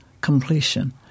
completion